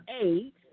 eight